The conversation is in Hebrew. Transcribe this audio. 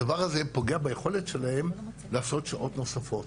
הדבר הזה פוגע ביכולת שלהן לעשות שעות נוספות